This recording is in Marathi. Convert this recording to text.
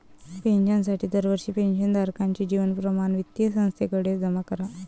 पेन्शनसाठी दरवर्षी पेन्शन धारकाचे जीवन प्रमाणपत्र वित्तीय संस्थेकडे जमा करा